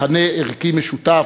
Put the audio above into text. לא לוותר על מכנה ערכי משותף.